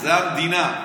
זה המדינה.